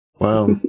Wow